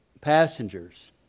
passengers